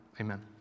Amen